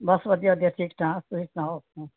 ਬਸ ਵਧੀਆ ਵਧੀਆ ਠੀਕ ਠਾਕ ਤੁਸੀਂ ਸੁਣਾਓ ਆਪਣਾ